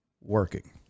working